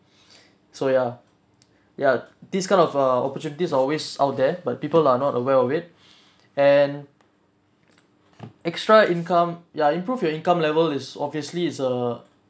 so ya ya this kind of err opportunities are always out there but people are not aware of it and extra income ya improve your income level is obviously is a